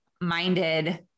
minded